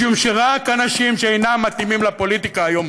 משום שרק אנשים שאינם מתאימים לפוליטיקה היום,